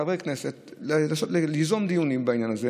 חברי הכנסת, ליזום דיונים בעניין הזה